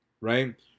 right